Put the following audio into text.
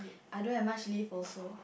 I don't have much leave also